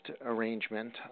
arrangement